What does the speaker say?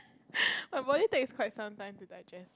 my body takes quite some time to digest